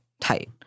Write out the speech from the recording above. tight